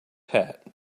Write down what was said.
hat